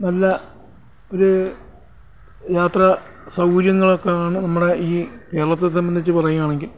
നല്ല ഒരു യാത്രാ സൗകര്യങ്ങളൊക്കെയാണ് നമ്മുടെ ഈ കേരളത്തെ സംബന്ധിച്ച് പറയുകയാണെങ്കിൽ